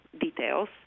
details